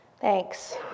thanks